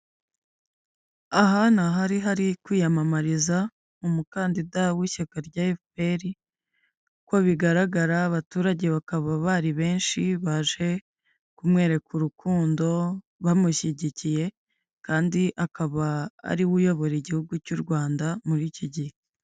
Aha ni aha hari kwiyamamariza umukandida w'ishyaka rya Efuperi uko bigaragara abaturage bakaba bari benshi baje kumwereka urukundo bamushyigikiye kandi akaba ari we uyobora igihugu cy'u Rwanda muri iki gihe.